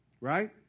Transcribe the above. Right